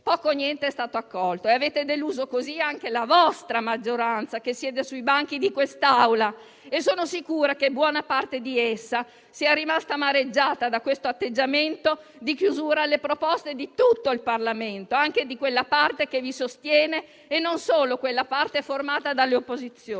Poco o niente è stato accolto e avete deluso così anche la vostra maggioranza che siede sui banchi di quest'Assemblea e sono sicura che buona parte di essa sia rimasta amareggiata da questo atteggiamento di chiusura alle proposte di tutto il Parlamento, anche quella parte che vi sostiene e non solo quella formata dalle opposizioni.